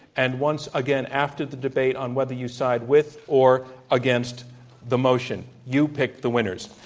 and once again after the debate on whether you side with or against the motion. you pick the winners.